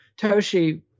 Toshi